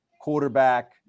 quarterback